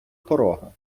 порога